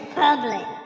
public